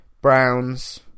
Browns